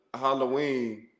Halloween